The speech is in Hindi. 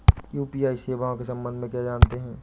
यू.पी.आई सेवाओं के संबंध में क्या जानते हैं?